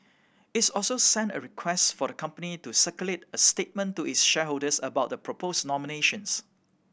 its also sent a request for the company to circulate a statement to its shareholders about the proposed nominations